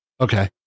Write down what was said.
okay